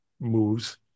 moves